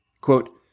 Quote